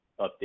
update